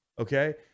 Okay